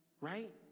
Right